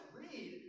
read